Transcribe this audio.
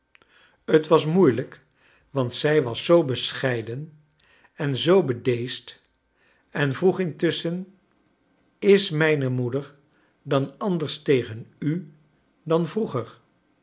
t was moeilijk want zij was zoo bescheiden en zoo bedeesd en vroeg intusschen is mijne moeder dan anders tegen u dan vroeger